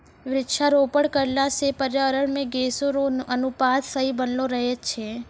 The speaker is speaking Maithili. वृक्षारोपण करला से पर्यावरण मे गैसो रो अनुपात सही बनलो रहै छै